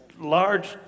large